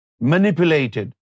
manipulated